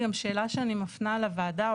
שאלה שאני מפנה לוועדה,